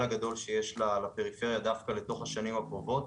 הגדול שיש לפריפריה בשנים הקרובות,